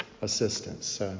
assistance